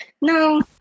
no